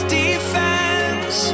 defense